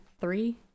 three